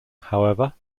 however